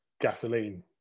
gasoline